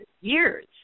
years